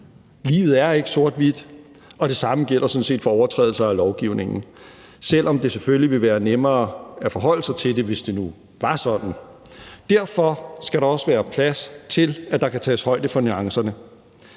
Livet er ikke sort-hvidt, og det samme gælder sådan set for overtrædelser af lovgivningen, selv om det selvfølgelig ville være nemmere at forholde sig til det, hvis det nu var sådan. Derfor skal der også være plads til, at der kan tages højde for nuancerne.